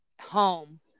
home